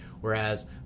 whereas